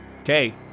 Okay